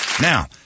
Now